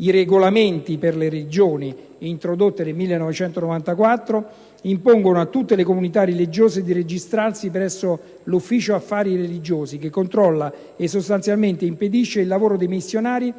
I «Regolamenti per le religioni», introdotti nel 1994, impongono a tutte le comunità religiose di registrarsi presso l'Ufficio affari religiosi, che controlla e sostanzialmente impedisce il lavoro dei missionari